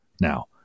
now